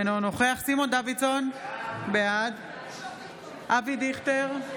אינו נוכח סימון דוידסון, בעד אבי דיכטר,